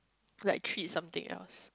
like treat something else